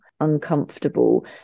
uncomfortable